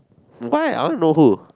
why I want to know who